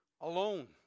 alone